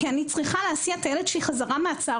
כי אני צריכה להסיע את הילד שלי חזרה מהצהרון,